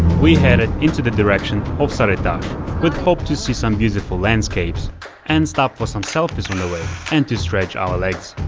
we headed into the direction of sarytash with hope to see some beautiful landscapes and stopped for some selfies on the way and to stretch our legs